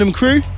crew